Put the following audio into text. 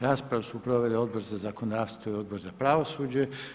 Raspravu su proveli Odbor za zakonodavstvo i Odbor za pravosuđe.